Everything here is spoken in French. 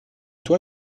toi